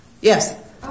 yes